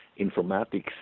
informatics